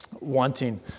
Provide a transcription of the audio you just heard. wanting